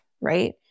right